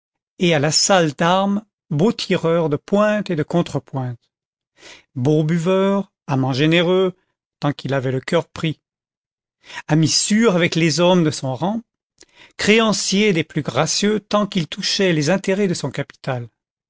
et à la salle d'armes beau tireur de pointe et de contre pointe beau buveur amant généreux tant qu'il avait le cœur pris ami sûr avec les hommes de son rang créancier des plus gracieux tant qu'il touchait les intérêts de son capital